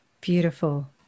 Beautiful